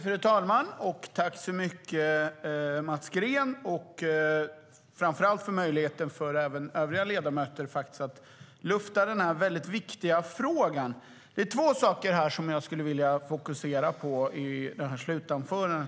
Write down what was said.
Fru talman! Jag tackar Mats Green och övriga ledamöter för möjligheten att lufta denna viktiga fråga. Jag vill fokusera på två saker i mitt slutanförande.